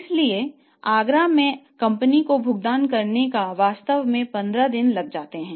इसलिए आगरा में कंपनी को भुगतान करने में वास्तव में 15 दिन लगते हैं